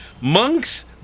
Monks